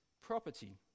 property